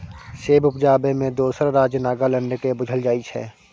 सेब उपजाबै मे दोसर राज्य नागालैंड केँ बुझल जाइ छै